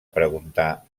preguntar